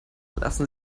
lassen